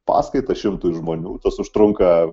paskaitą šimtui žmonių tas užtrunka